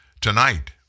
tonight